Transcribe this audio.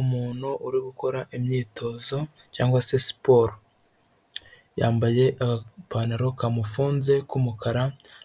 Umuntu uri gukora imyitozo cyangwa se siporo, yambaye agapantaro kamufunze k'umukara